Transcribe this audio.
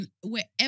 Wherever